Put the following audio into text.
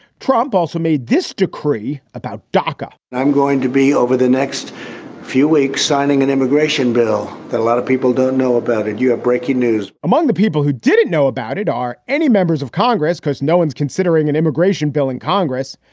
trump also made this decree about dacca i'm going to be over the next few weeks signing an immigration bill that a lot of people don't know about it. you have breaking news among the people who didn't know about it are any members of congress because no one's considering an immigration bill in congress.